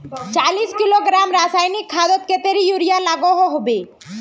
चालीस किलोग्राम रासायनिक खादोत कतेरी यूरिया लागोहो होबे?